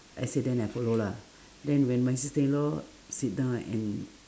I say then I follow lah then when my sister-in-law sit down and